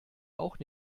auch